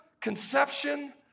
conception